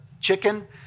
chicken